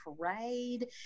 parade